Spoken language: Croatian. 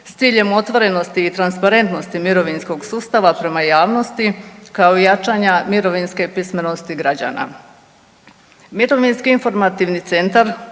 s ciljem otvorenosti i transparentnosti mirovinskog sustava prema javnosti kao i jačanja mirovinske pismenosti građana. Mirovinski informativni centar